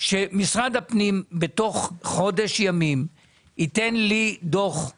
שמשרד הפנים ייתן לי בתוך חודש ימים דוח על